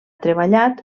treballat